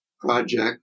project